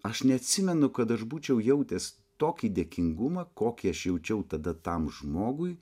aš neatsimenu kad aš būčiau jautęs tokį dėkingumą kokį aš jaučiau tada tam žmogui